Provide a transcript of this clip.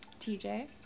TJ